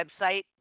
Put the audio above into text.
website